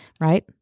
right